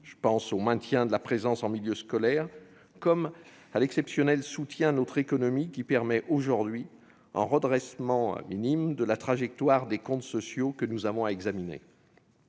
Je pense au maintien de la présence en milieu scolaire comme à l'exceptionnel soutien à notre économie, qui permet, aujourd'hui, un premier redressement de la trajectoire des comptes sociaux que nous avons à examiner.